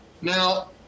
Now